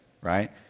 right